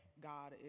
God